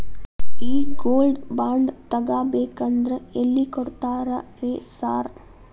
ಈ gold bond ತಗಾಬೇಕಂದ್ರ ಎಲ್ಲಿ ಕೊಡ್ತಾರ ರೇ ಸಾರ್?